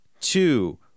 two